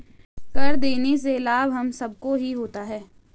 कर देने से लाभ हम सबको ही होता है